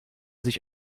sich